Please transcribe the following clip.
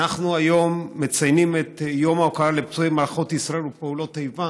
היום אנחנו מציינים את יום ההוקרה לפצועי מערכות ישראל ופעולות האיבה.